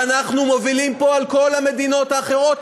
ואנחנו מובילים פה על כל המדינות האחרות,